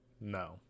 no